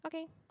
okay